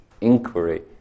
inquiry